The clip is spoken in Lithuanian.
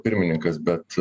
pirmininkas bet